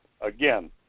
Again